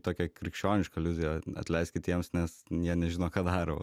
tokią krikščionišką aliuziją atleiskit jiems nes jie nežino ką daro